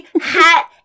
hat